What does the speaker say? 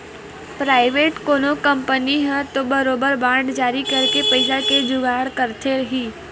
private कोनो company ह तो बरोबर बांड जारी करके पइसा के जुगाड़ करथे ही